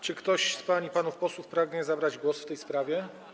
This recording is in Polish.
Czy ktoś z pań i panów posłów pragnie zabrać głos w tej sprawie?